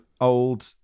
old